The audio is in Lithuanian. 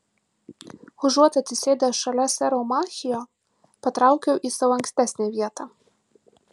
užuot atsisėdęs šalia sero machio patraukiau į savo ankstesnę vietą